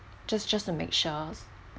just just to make sure